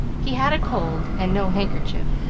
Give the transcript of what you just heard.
he had a cold and no handkerchief,